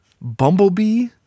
bumblebee